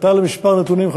ועתה לכמה נתונים,